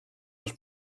los